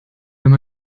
wenn